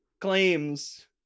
claims